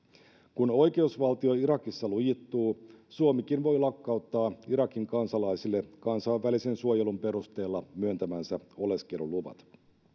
kun oikeusvaltio irakissa lujittuu suomikin voi lakkauttaa irakin kansalaisille kansainvälisen suojelun perusteella myöntämänsä oleskeluluvat